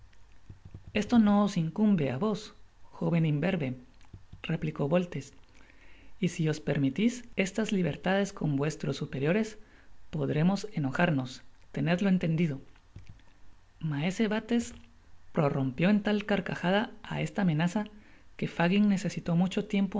esto no os incumbe á vos joven imberbe replicó boller y si os permitis